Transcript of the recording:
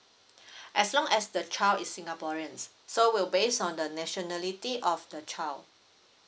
as long as the child is singaporean so we'll base on the nationality of the child